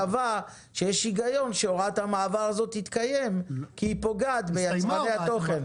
קבע שיש היגיון שהוראת המעבר הזאת תתקיים כי היא פוגעת ביצרני התוכן.